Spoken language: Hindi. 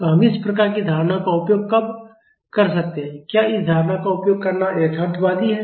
तो हम इस प्रकार की धारणा का उपयोग कब कर सकते हैं क्या इस धारणा का उपयोग करना यथार्थवादी है